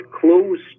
close